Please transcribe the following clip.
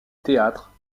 théâtre